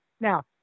Now